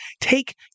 take